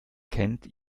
kennt